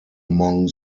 among